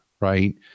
Right